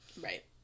right